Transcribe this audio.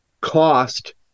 cost